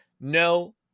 No